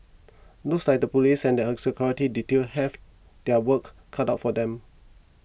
looks like the police and her security detail have their work cut out for them